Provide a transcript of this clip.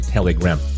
Telegram